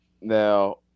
Now